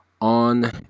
On